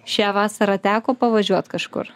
šią vasarą teko pavažiuot kažkur